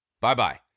Bye-bye